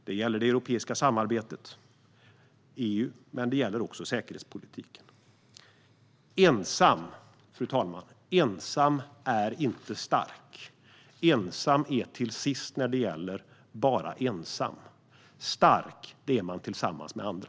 Det gäller det europeiska samarbetet, EU. Men det gäller också säkerhetspolitiken. Fru talman! Ensam är inte stark. Ensam är till sist när det gäller bara ensam. Stark är man tillsammans med andra.